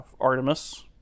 Artemis